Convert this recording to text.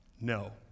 No